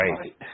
right